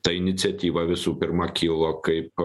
ta iniciatyva visų pirma kilo kaip